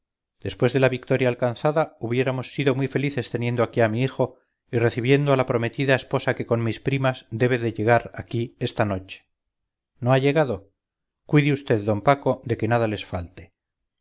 después de la victoria alcanzada hubiéramos sido muy felices teniendo aquí a mi hijo y recibiendo a la prometida esposa que con mis primas debe de llegar aquí esta noche no ha llegado cuide usted don paco de que nada les falte